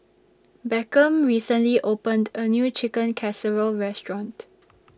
Beckham recently opened A New Chicken Casserole Restaurant